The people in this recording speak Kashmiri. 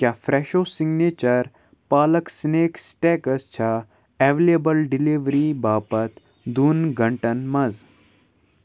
کیٛاہ Fresho signature palak snacks tikkis چھا ایولیبل ڈِلِوری باپتھ دۄن گنٛٹن منٛز